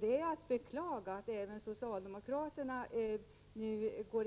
Det är att beklaga att även socialdemokraterna nu går